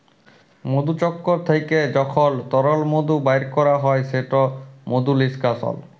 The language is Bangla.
মধুচক্কর থ্যাইকে যখল তরল মধু বাইর ক্যরা হ্যয় সেট মধু লিস্কাশল